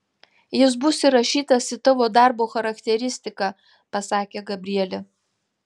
jis bus įrašytas į tavo darbo charakteristiką pasakė gabrielė